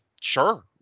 sure